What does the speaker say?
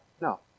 No